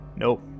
Nope